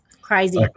crazy